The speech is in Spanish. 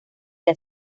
día